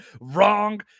wrong